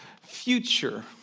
future